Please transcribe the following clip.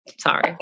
Sorry